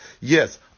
Yes